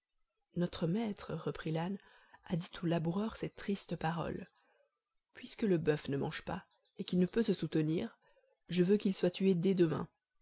notre maître reprit l'âne a dit au laboureur ces tristes paroles puisque le boeuf ne mange pas et qu'il ne peut se soutenir je veux qu'il soit tué dès demain